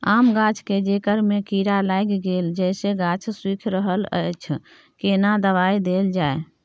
आम गाछ के जेकर में कीरा लाईग गेल जेसे गाछ सुइख रहल अएछ केना दवाई देल जाए?